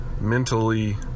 mentally